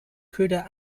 köder